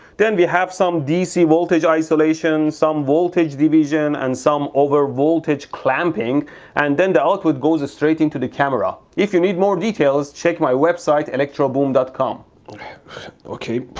then we have some dc voltage isolation, some voltage division and some over voltage clamping and then the output goes straight into the camera. if you need more details check my website electroboom dot com okay,